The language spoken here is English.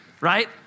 right